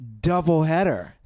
doubleheader